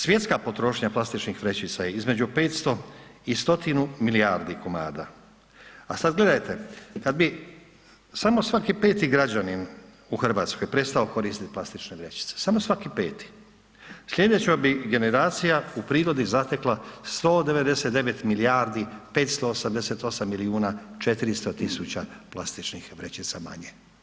Svjetska potrošnja plastičnih vrećica je između 500 i stotinu milijardi komada, a sad gledajte, kad bi samo svaki peti građanin u RH prestao koristit plastične vrećice, samo svaki peti, slijedeća bi generacija u prirodi zatekla 199 milijardi 588 milijuna 400 tisuća plastičnih vrećica manje.